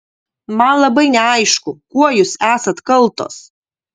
man labai neaišku kuo jūs esat kaltos